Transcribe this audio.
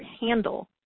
handle